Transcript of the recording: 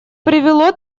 привело